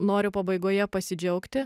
noriu pabaigoje pasidžiaugti